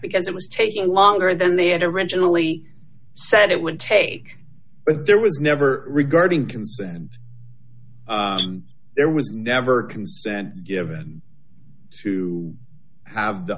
because it was taking longer than they had originally said it would take but there was never regarding consent and there was never consent given to have the